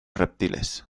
reptiles